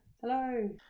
Hello